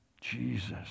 Jesus